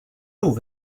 nhw